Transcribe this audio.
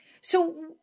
So-